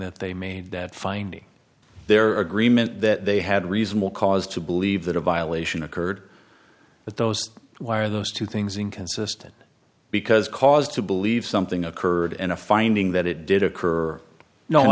that they made that finding their agreement that they had reasonable cause to believe that a violation occurred but those why are those two things inconsistent because cause to believe something occurred and a finding that it did occur no